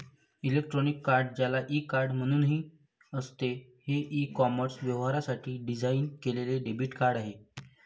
electronic card, ज्याला e card म्हणूनही असते, हे ई कॉमर्स व्यवहारांसाठी डिझाइन केलेले डेबिट कार्ड आहे